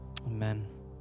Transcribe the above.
Amen